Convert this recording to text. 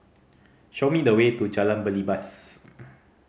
show me the way to Jalan Belibas